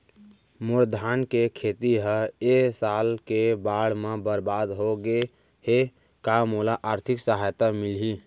मोर धान के खेती ह ए साल के बाढ़ म बरबाद हो गे हे का मोला आर्थिक सहायता मिलही?